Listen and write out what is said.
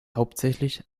hauptsächlich